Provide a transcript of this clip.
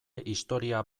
historia